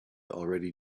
already